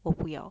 我不要